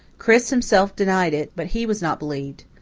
chris himself denied it, but he was not believed.